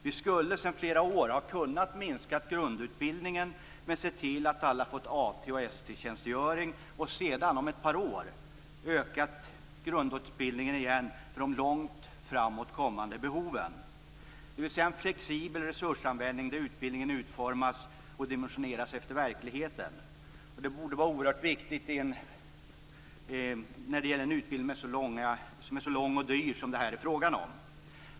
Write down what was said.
Vi skulle sedan flera år ha kunnat minska grundutbildningen men sett till att alla fått AT och ST-tjänstgöring och sedan, om ett par år, ökat grundutbildningen igen för de långt framåt kommande behoven. Det hade varit en flexibel resursanvändning där utbildningen utformas och dimensioneras efter verkligheten. Det borde vara oerhört viktigt när det gäller en utbildning som är så lång och dyr som det här är fråga om.